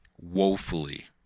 woefully